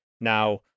now